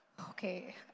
Okay